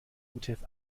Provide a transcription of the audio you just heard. utf